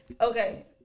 Okay